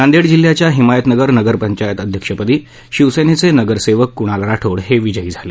नांदेड जिल्ह्याच्या हिमायतनगर नगर पंचायत अध्यक्षपदी शिवसेनेचे नगर सेवक कुणाल राठोड हे विजयी झाले